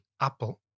Apple